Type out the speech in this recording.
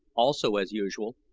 also as usual,